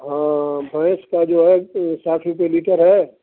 हाँ भैंस का जो है साठ रुपये लीटर है